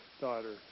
daughter